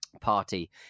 party